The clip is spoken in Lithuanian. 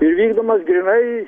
ir vykdomas grynai